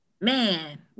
man